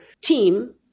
team